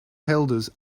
helders